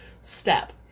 step